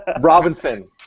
Robinson